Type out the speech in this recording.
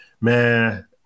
Man